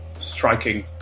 Striking